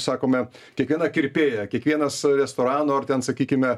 sakome kiekviena kirpėja kiekvienas restorano ar ten sakykime